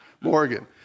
Morgan